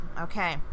Okay